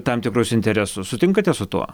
tam tikrus interesus sutinkate su tuo